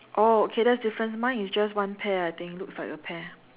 oh okay that is different mine is just one pear I think looks like a pear